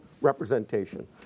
representation